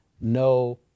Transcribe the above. no